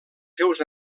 seus